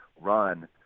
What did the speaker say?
run